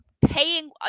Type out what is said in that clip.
paying